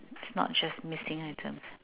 not just missing items